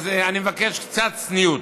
אז אני מבקש קצת צניעות.